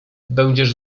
będziesz